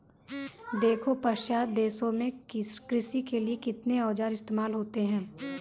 देखो पाश्चात्य देशों में कृषि के लिए कितने औजार इस्तेमाल होते हैं